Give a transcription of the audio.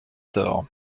tort